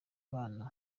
bana